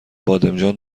بادمجان